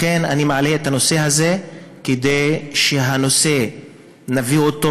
אני מעלה את הנושא הזה כדי שנביא אותו